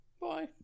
Bye